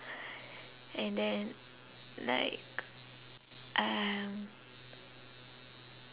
and then like um